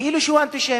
כאילו שהוא אנטישמי.